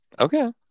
Okay